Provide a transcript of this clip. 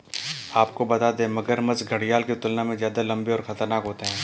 आपको बता दें, मगरमच्छ घड़ियाल की तुलना में ज्यादा लम्बे और खतरनाक होते हैं